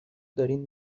دارین